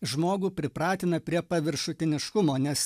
žmogų pripratina prie paviršutiniškumo nes